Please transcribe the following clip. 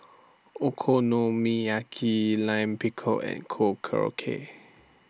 Okonomiyaki Lime Pickle and Korokke